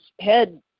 head